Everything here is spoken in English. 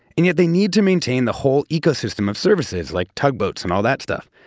and yet, they need to maintain the whole ecosystem of services, like tugboats and all that stuff.